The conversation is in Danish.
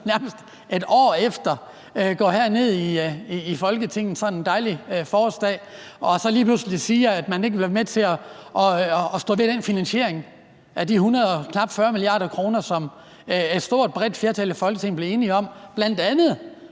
nærmest et år efter så går herned i Folketingssalen sådan en dejlig forårsdag og lige pludselig siger, at man ikke vil stå ved den finansiering af de knap 140 mia. kr., som et stort, bredt flertal i Folketinget blev enige om, bl.a.